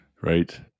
Right